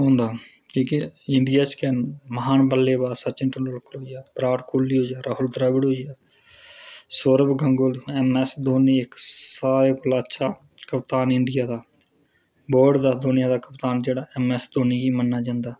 होंदा कि के इंडिया च गै महान बल्लेबाज़ सचिन तेंदुलकर होइया विराट कोहली होइया राहुल द्रविड़ होइया सौरव गांगुली एमएस धोनी सारे कोला अच्छा कप्तान इंडिया दा वर्ल्ड दा दूनिया दा कप्तान जेह्ड़ा एमएस धोनी गी मन्ना जंदा